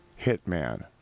hitman